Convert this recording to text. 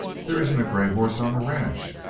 there isn't a grey horse on the ranch,